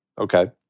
Okay